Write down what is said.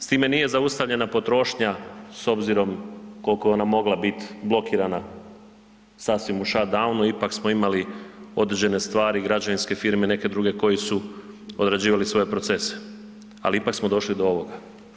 S time nije zaustavljena potrošnja s obzirom koliko je ona mogla biti blokirana sasvim u shut downu ipak smo imali određene stvari, građevinske firme i neke druge koji su odrađivali svoje procese, ali ipak smo došli do ovoga.